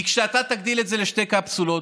כי כשאתה תגדיל את זה לשתי קפסולות,